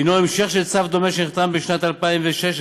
והוא המשך של צו דומה שנחתם בשנת 2016,